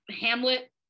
hamlet